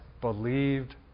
believed